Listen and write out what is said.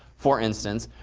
for instance,